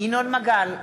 ינון מגל,